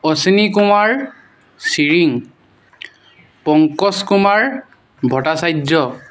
Ashwini Kumar Chiring Pankaj Kumar Bhattacharya